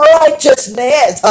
righteousness